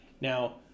Now